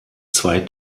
zwei